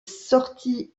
sortie